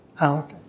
out